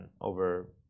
over